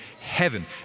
heaven